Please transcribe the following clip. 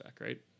right